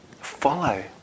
follow